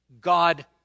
God